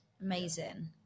amazing